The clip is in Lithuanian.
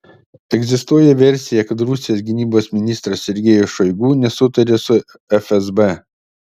egzistuoja versija kad rusijos gynybos ministras sergejus šoigu nesutaria su fsb